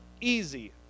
easy